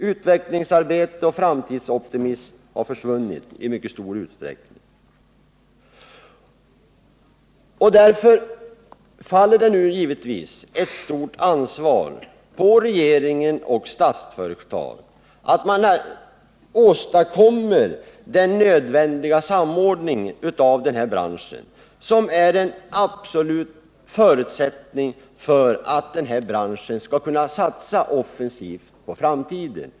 Utvecklingsarbete och framtidsoptimism har i mycket hög grad försvunnit. Därför vilar det nu ett stort ansvar på regeringen och på Statsföretag att försöka åstadkomma den samordning inom branschen som är en absolut förutsättning för att den skall kunna satsa offensivt på framtiden.